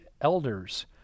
elders